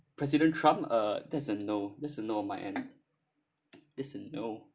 president trump uh that's a no that's a no on my end that's a no